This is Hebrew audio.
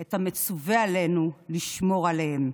את המצוּוה עלינו לשמור עליהם.